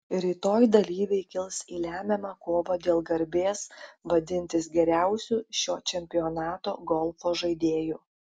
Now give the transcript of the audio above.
rytoj dalyviai kils į lemiamą kovą dėl garbės vadintis geriausiu šio čempionato golfo žaidėju